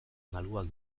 malguak